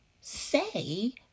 say